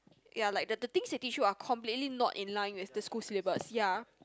ya like the the things that they teach you are completely not in line with the school syllabus ya